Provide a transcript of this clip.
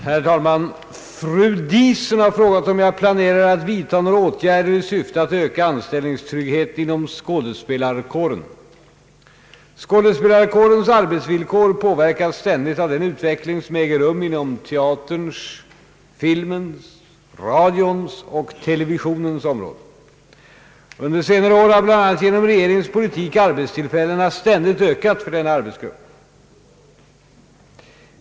Herr talman! Fru Diesen har frågat om jag planerar att vidtaga några åtgärder i syfte att öka anställningstryggheten inom skådespelarkåren. Skådespelarkårens arbetsvillkor påverkas ständigt av den utveckling som äger rum inom teaterns, filmens, radions och televisionens områden. Under senare år har bl.a. genom regeringens politik arbetstillfällena ständigt ökat för denna arbetsgrupp.